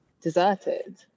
deserted